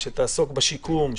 שתעסוק בשיקום,